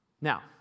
Now